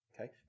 okay